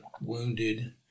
wounded